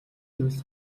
үйлс